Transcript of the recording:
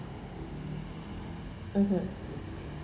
(uh huh)